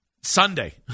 Sunday